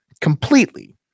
completely